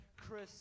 Chris